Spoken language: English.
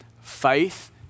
Faith